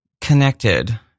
connected